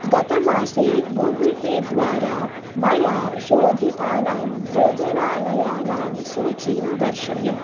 गत मासे Google Pay द्वारा मया शोधितानां भोजनालयानां सूचीं दर्शय